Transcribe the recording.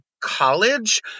college